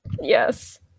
Yes